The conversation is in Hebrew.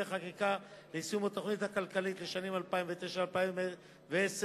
חקיקה ליישום התוכנית הכלכלית לשנים 2009 ו-2010),